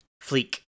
Fleek